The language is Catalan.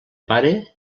pare